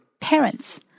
Parents